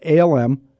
ALM